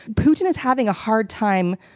putin is having a hard time,